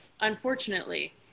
unfortunately